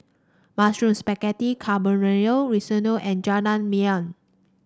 Mushroom Spaghetti Carbonara Risotto and Jajangmyeon